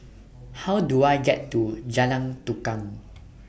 How Do I get to Jalan Tukang